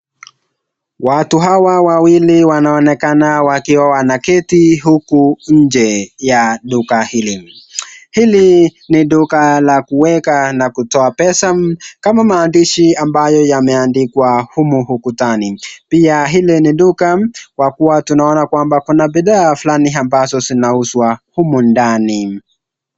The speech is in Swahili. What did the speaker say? Watu hawa wawili wanaonekana wakiwa wanaketi huku nje ya duka hili, hili ni duka la kuweka na kutoa pesa kama maandishi ambayo yameandikwa humu ukutani, pia hili ni duka kwa kuwa tunaona kuna bidhaa fulani ambazo zinauzwa humu ndani